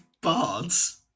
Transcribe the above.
bards